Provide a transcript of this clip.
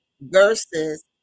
versus